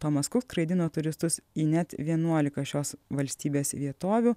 tomas kuk skraidino turistus į net vienuolika šios valstybės vietovių